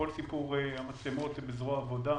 כל סיפור המצלמות זה בזרוע העבודה,